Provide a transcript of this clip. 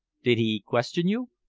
did he question you?